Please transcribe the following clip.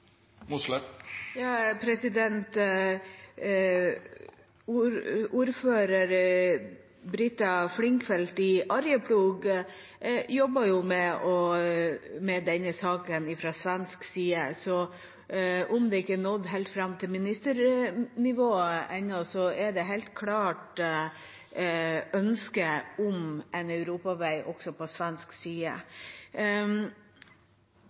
Ordfører Britta Flinkfeldt i Arjeplog i Sverige jobber med denne saken på svensk side. Om det ikke har nådd helt fram til ministernivå, er det helt klart et ønske om en europaveg også på svensk side.